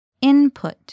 Input